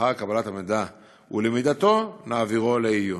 לאחר קבלת המידע ולמידתו נעבירו לעיון.